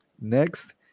Next